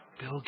Bill